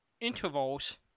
intervals